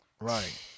Right